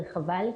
וחבל,